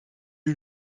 une